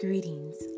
Greetings